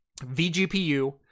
VGPU